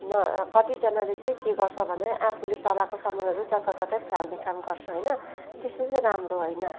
न कतिजनाले चाहिँ के गर्छ भने आफूले चलाएको समानहरू जताततै फ्याल्ने काम गर्छ हैन त्यस्तो चाहिँ राम्रो हैन